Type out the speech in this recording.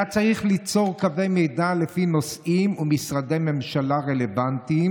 היה צריך ליצור קווי מידע לפי נושאים ומשרדי ממשלה רלוונטיים,